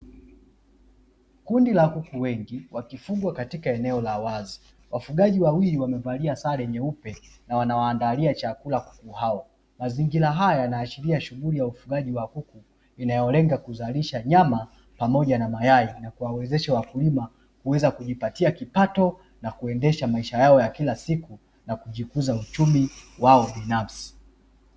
Kundi la kuku wengi wakifugwa katika eneo la wazi, wafugaji wawili wamevalia sare nyeupe na wanawaandalia chakula kuku hao. Mazingira haya yanaashiri shughuli ya ufugaji wa kuku, inayolenga kuzalisha nyama pamoja na mayai. Na kuwawezesha wakulima kuweza kujipatia kipato na kuendesha maisha yao ya kila siku na kukuza uchumi wao binafsi.